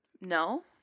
No